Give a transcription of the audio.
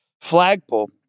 flagpole